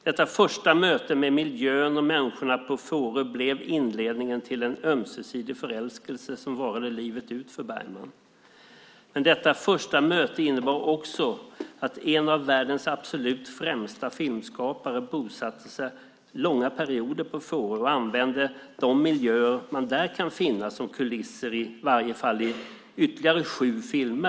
Detta första möte med miljön och människorna på Fårö blev inledningen till ömsesidig förälskelse som varade livet ut för Bergman. Men detta första möte innebar också att en av världens absolut främsta filmskapare bosatte sig långa perioder på Fårö och använde de miljöer man där kan finna som kulisser i varje fall i ytterligare sju filmer.